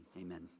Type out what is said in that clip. amen